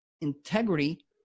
integrity